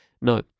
No